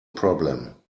problem